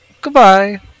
Goodbye